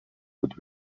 with